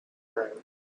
road